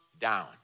down